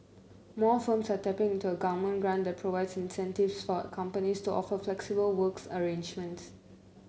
more firms are tapping into a government grant that provides incentives for companies to offer flexible work arrangements